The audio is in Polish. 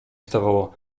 stawało